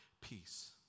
peace